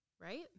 right